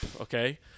okay